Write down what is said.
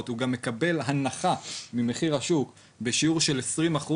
הוא גם מקבל הנחה ממחיר השוק של 20%,